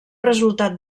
resultat